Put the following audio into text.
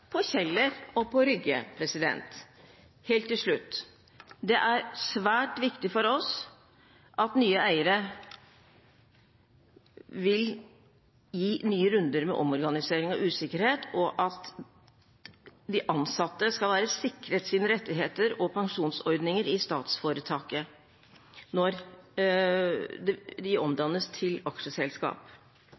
på Kjeller og på Rygge. Helt til slutt: Det er svært viktig for oss å påpeke at nye eiere vil gi nye runder med omorganisering og usikkerhet, og at de ansatte skal være sikret sine rettigheter og pensjonsordninger i statsforetaket når det omdannes til aksjeselskap.